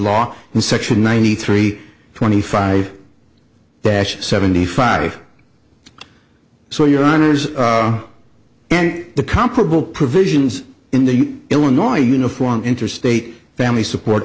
law in section ninety three twenty five bash seventy five so your honors and the comparable provisions in the illinois uniform interstate family support